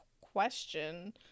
question